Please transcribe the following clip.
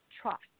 trust